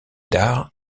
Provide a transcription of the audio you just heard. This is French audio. dard